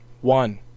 one